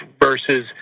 versus